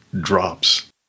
drops